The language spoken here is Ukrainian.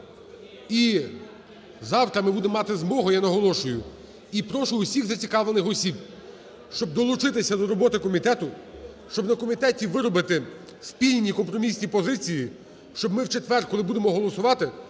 І завтра будемо мати змогу, я наголошую, і прошу усіх зацікавлених осіб, щоб долучитися до роботи в комітеті, щоб на комітеті виробити спільні компромісні позиції, щоб ми в четвер, коли будемо голосувати,